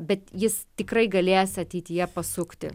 bet jis tikrai galės ateityje pasukti